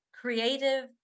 creative